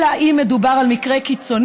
אלא אם כן מדובר על מקרה קיצוני,